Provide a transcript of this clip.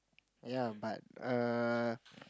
yea but err